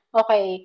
okay